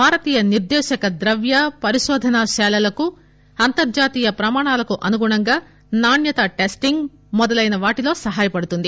భారతీయ నిర్దేశక ద్రవ్య పరికోధన శాలలకు అంతర్జాతీయ ప్రమాణాలకు అనుగుణంగా నాణ్యత టెస్టింగ్ మొదలైనవాటిలో సహాయపడుతుంది